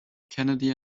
kennedy